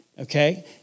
Okay